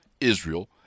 Israel